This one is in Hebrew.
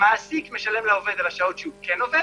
המעסיק משלם לעובד על השעות שהוא כן עובד,